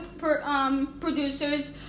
Producers